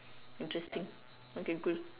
interesting okay cool